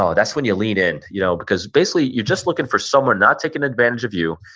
that's when you lean in you know because basically you're just looking for someone not taking advantage of you,